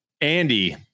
Andy